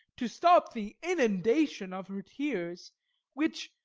to stop the inundation of her tears which,